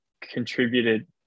contributed